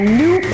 new